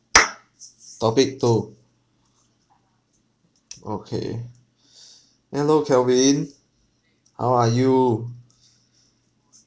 topic two okay hello calvin how are you